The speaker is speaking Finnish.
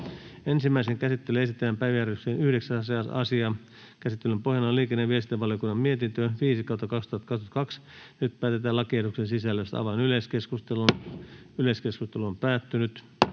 Ensimmäiseen käsittelyyn esitellään päiväjärjestyksen 7. asia. Käsittelyn pohjana on liikenne- ja viestintävaliokunnan mietintö LiVM 3/2022 vp. Nyt päätetään lakiehdotuksen sisällöstä. — Avaan yleiskeskustelun. Edustaja Kiviranta,